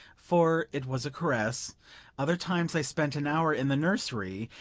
for it was a caress other times i spent an hour in the nursery,